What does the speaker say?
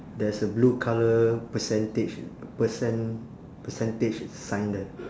there's a blue colour percentage percent~ percentage sign there